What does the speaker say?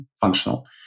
functional